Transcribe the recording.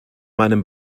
meinem